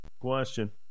question